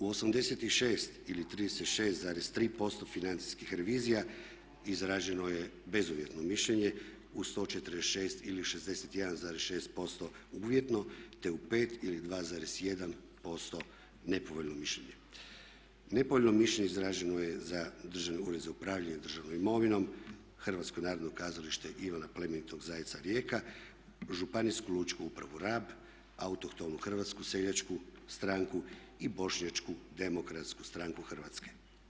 U 86 ili 36,3% financijskih revizija izraženo je bezuvjetno mišljenje, u 146 ili 61,6% uvjetno te u 5 ili u 2,1% nepovoljno mišljenje. nepovoljno mišljenje izraženo je za Državni ured za upravljanje državnom imovinom, Hrvatsko narodno kazalište Ivana pl. Zajca Rijeka, županijsku Lučku upravu Rab, autohtonu Hrvatsku seljačku stranku i bošnjačku Demokratsku stranku Hrvatske.